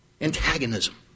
antagonism